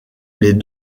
les